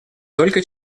только